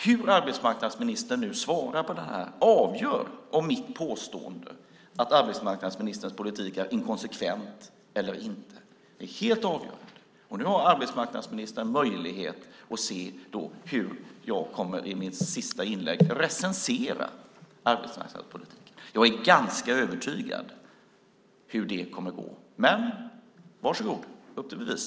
Hur arbetsmarknadsministern nu svarar på det här avgör om mitt påstående att arbetsmarknadsministerns politik är inkonsekvent eller inte stämmer. Det är helt avgörande. Nu har arbetsmarknadsministern möjlighet att se hur jag i mitt sista inlägg kommer att recensera arbetsmarknadspolitiken. Jag är ganska övertygad om hur det kommer att gå. Men varsågod, upp till bevis!